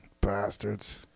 Bastards